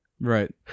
Right